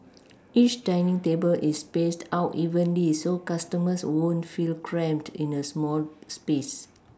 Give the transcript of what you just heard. each dining table is spaced out evenly so customers won't feel cramped in a small space